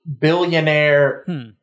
billionaire